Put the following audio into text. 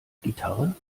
gitarre